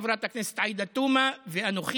חברת הכנסת עאידה תומא ואנוכי,